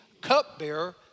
cupbearer